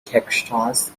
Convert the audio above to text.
texas